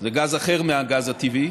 זה גז אחר מהגז הטבעי.